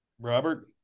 Robert